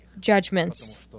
judgments